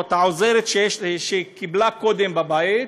או את העוזרת שהיא קיבלה קודם בבית,